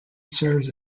serves